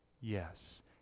Yes